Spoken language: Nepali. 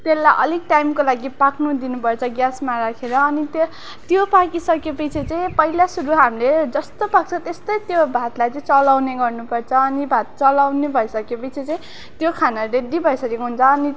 त्यसलाई अलिक टाइमको लागि पाक्नु दिनु पर्छ ग्यासमा राखेर अनि त्यो त्यो पाकिसकेपछि चाहिँ पहिला सुरु हामीले जस्तो पाक्छ त्यस्तै त्यो भातलाई चाहिँ चलाउने गर्नु पर्छ अनि भात चलाउने भइसकेपछि चाहिँ त्यो खाना रेडी भइसकेको हुन्छ अनि